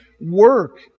work